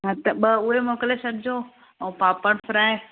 हा त ॿ उहे मोकिले छॾिजो ऐं पापड़ फ्राए